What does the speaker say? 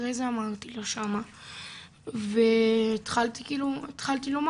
אחרי זה אמרתי לה והתחלתי לומר,